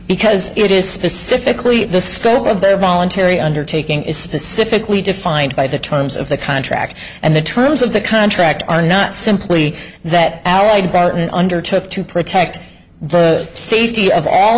because it is specifically the scope of their voluntary undertaking is specifically defined by the terms of the contract and the terms of the contract are not simply that allied barton undertook to protect the safety of all